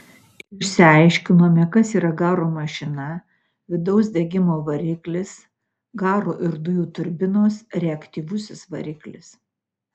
išsiaiškinome kas yra garo mašina vidaus degimo variklis garo ir dujų turbinos reaktyvusis variklis